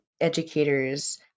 educators